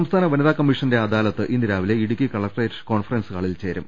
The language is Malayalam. സംസ്ഥാന വനിതാ കമ്മീഷന്റെ അദാലത്ത് ഇന്ന് രാവിലെ ഇടുക്കി കളക്ട്രേറ്റ് കോൺഫറൻസ് ഹാളിൽ ചേരും